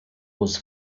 was